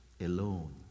alone